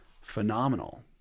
Phenomenal